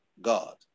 god